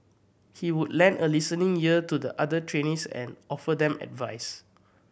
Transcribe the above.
he would lend a listening ear to the other trainees and offer them advice